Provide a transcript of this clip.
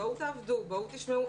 בואו תעבדו, בואו תשמעו.